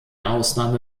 ausnahme